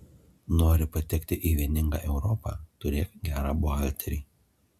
nori patekti į vieningą europą turėk gerą buhalterį